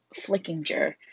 Flickinger